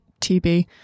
TB